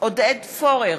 עודד פורר,